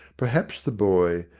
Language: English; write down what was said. perhaps the boy,